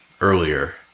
earlier